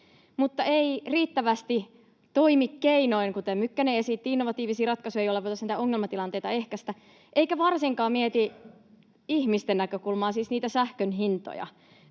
mutta ei riittävästi toimi keinoin, kuten Mykkänen esitti innovatiivisia ratkaisuja, joilla voitaisiin ongelmatilanteita ehkäistä, eikä varsinkaan mieti ihmisten näkökulmaa, siis sähkön hintoja.